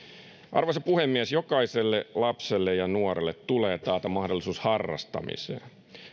arvoisa puhemies jokaiselle lapselle ja nuorelle tulee taata mahdollisuus harrastamiseen